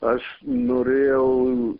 aš norėjau